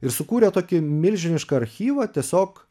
ir sukūrė tokį milžinišką archyvą tiesiog